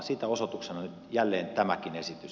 siitä osoituksena on nyt jälleen tämäkin esitys